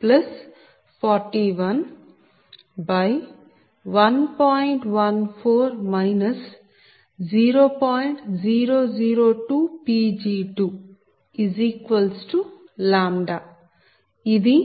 002 Pg2 λ ఇది